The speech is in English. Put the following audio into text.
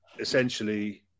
Essentially